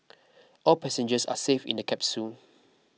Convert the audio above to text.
all passengers are safe in the capsule